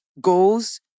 goals